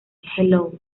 hello